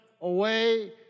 away